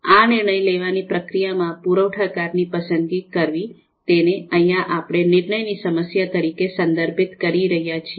આ નિર્ણય લેવાની પ્રક્રિયામાં પુરવઠાકાર ની પસંદગી કરવી તેને અહિયાં આપણે નિર્ણય ની સમસ્યા તરીકે સંદર્ભિત કરી રહ્યા છીએ